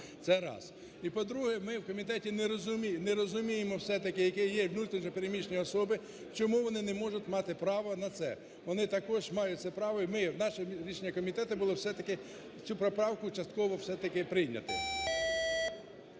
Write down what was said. Це раз. І, по-друге, ми у комітеті не розуміємо все-таки, яке є, внутрішньо переміщені особи, чому вони не можуть мати право на це. Вони також мають це право і наше рішення комітету було все-таки цю поправку частково все-таки